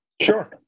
Sure